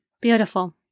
Beautiful